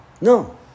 No